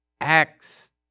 Acts